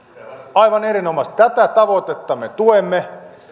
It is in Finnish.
aivan erinomaista tätä tavoitetta me tuemme